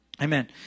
Amen